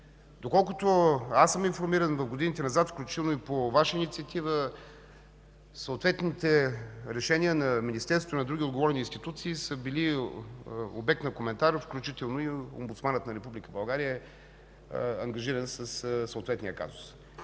Доколкото съм информиран, в годините назад, включително и по Ваша инициатива, съответните решения на Министерството и на други отговорни институции са били обект на коментар, включително от Омбудсмана на Република България, ангажиран със съответния казус.